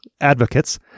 advocates